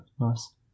Nice